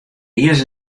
iens